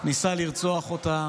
ניסה לרצוח אותה